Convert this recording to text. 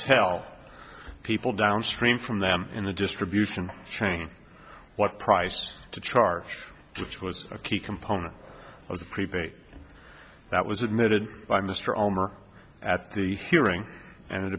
tell people downstream from them in the distribution chain what price to charge which was a key component of the prepaid that was admitted by mr almer at the hearing and it